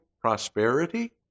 prosperity